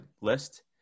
list